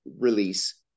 release